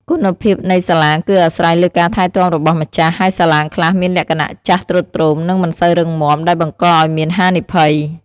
គុណភាពនៃសាឡាងគឺអាស្រ័យលើការថែទាំរបស់ម្ចាស់ ហើយសាឡាងខ្លះមានលក្ខណៈចាស់ទ្រុឌទ្រោម និងមិនសូវរឹងមាំ ដែលបង្កឱ្យមានហានិភ័យ។